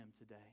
today